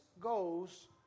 goes